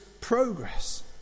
progress